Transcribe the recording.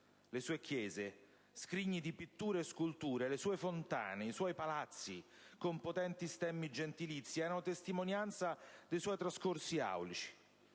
le sue chiese, scrigni di pittura e scultura, le sue fontane, i suoi palazzi con potenti stemmi gentilizi erano testimonianza dei suoi trascorsi aulici.